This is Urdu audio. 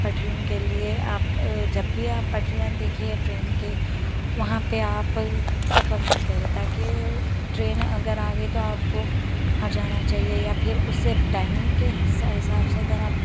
پٹریوں کے لیے آپ جب بھی آپ پٹریاں دیکھیے ٹرین کے وہاں پہ آپ سفر مت کریں تاکہ ٹرین اگر آ گئی تو آپ کو ہٹ جانا چاہیے یا پھر اس سے ٹائمنگ کے ہر سائز اپ سے اگر آپ